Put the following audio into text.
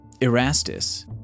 Erastus